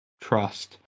trust